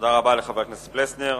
תודה רבה לחבר הכנסת פלסנר.